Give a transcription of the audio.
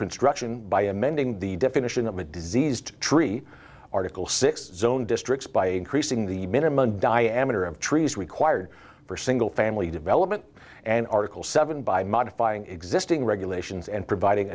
construction by amending the definition of a diseased tree article six zone districts by increasing the minimum diameter of trees required for single family development and article seven by modifying existing regulations and providing